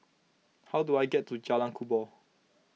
how do I get to Jalan Kubor